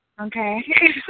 Okay